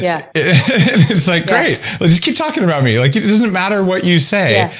yeah it's like great just keep talking about me like it doesn't matter what you say,